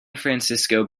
francisco